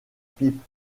pipe